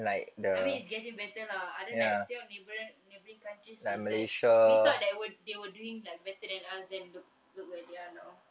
I mean it's getting better lah ah then like tengok neighbouring neighbouring countries is like we thought that they would they were doing like better than us then look look where they are now